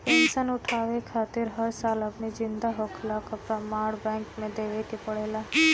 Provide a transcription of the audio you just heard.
pension उठावे खातिर हर साल अपनी जिंदा होखला कअ प्रमाण बैंक के देवे के पड़ेला